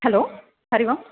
hello Hari Om